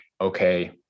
okay